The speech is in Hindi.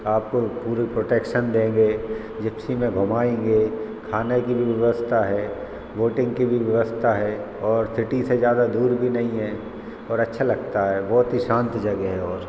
आपको पूरी प्रोटेक्शन देंगे जिप्सी में घुमाएँगे खाने की भी व्यवस्था है बोटिंग की भी व्यवस्था है और सिटी ज़्यादा दूर भी नहीं है और अच्छा लगता है बहुत ही शांत जगह है और